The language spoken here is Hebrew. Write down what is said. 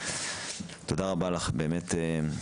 תודה רבה לך באמת.